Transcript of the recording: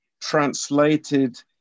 translated